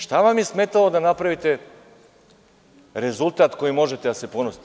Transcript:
Šta vam je smetalo da napravite rezultat kojim možete da se ponosite?